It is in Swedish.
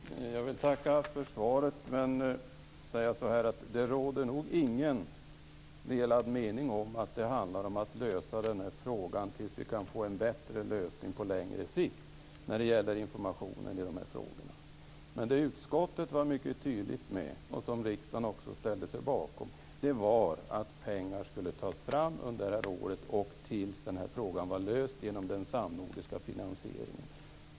Fru talman! Jag vill tacka för svaret och säga att det nog inte råder delade meningar om att det handlar om att lösa denna fråga tills vi kan få en bättre lösning på längre sikt när det gäller informationen. Det utskottet var mycket tydligt med, och det riksdagen också ställde sig bakom, var att pengar skulle tas fram under detta år tills frågan var löst genom den samnordiska finansieringen.